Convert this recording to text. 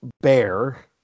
Bear